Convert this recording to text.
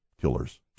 killers